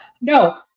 no